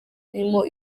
irimo